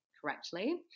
Correctly